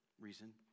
reason